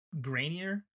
grainier